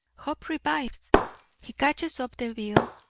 hope revives he catches up the bill,